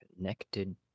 Connected